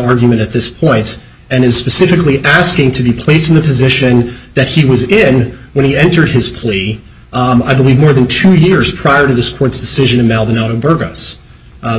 argument at this point and is specifically asking to be placed in the position that he was in when he entered his plea i believe more than two years prior to the sports decision in melbourne out of burgos